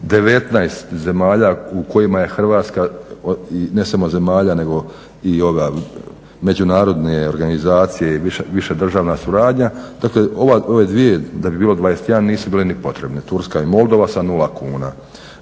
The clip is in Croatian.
19 zemalja u kojima je Hrvatska i ne samo zemalja nego i ove međunarodne organizacije i više državna suradnja, dakle ove dvije da bi bile 21 nisu bile ni potrebne, Turska i Moldova sa 0 kuna.